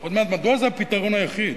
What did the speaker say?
עוד מעט מדוע זה הפתרון היחיד.